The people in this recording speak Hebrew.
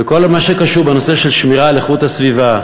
כל מה שקשור בנושא של שמירה על איכות הסביבה,